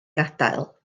gadael